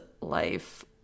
life